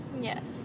yes